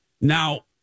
Now